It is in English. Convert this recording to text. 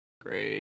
Great